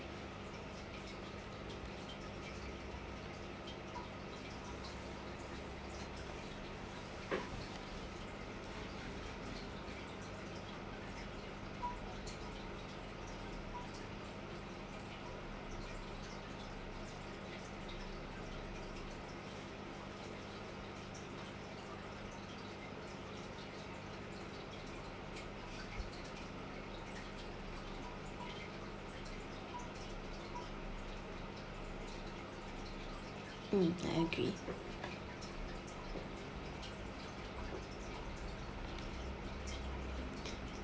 um I agree